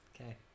Okay